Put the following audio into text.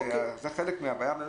-- זה חלק מהבעיה.